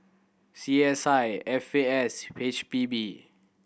C S I F A S H P B